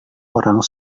orang